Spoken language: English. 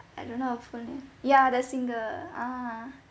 I don't know her full name ya the singer ah